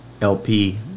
LP